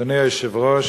אדוני היושב-ראש,